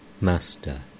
Master